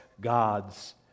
God's